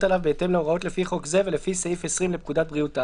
עליו בהתאם להוראות לפי חוק זה ולפי סעיף 20 לפקודת בריאות העם,